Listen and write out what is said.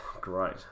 Great